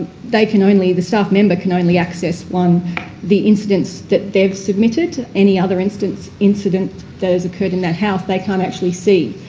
they can only the staff member can only access one the incidents that they've submitted. any other incident that has occurred in that house, they can't actually see.